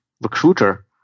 recruiter